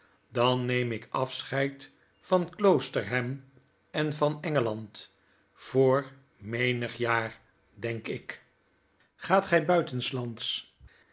dan neem ik afscheid van kloosterham en van engeland voor menig jaar denk ik gaat gy buitenslands